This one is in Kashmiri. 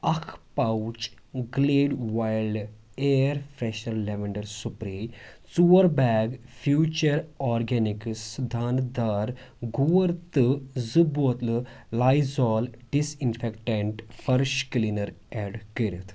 اکھ pouch Glade wild air freshener lavender spray ژور بیگ فیٛوٗچَر آرگیٚنِکس دانہٕ دار غور تہٕ زٕ بوتلہٕ Lysol disinfectant fresh cleaner add کٔرِتھ